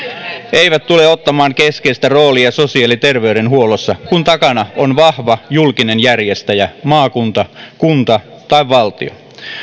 eivät tule ottamaan keskeistä roolia sosiaali ja terveydenhuollossa kun takana on vahva julkinen järjestäjä maakunta kunta tai valtio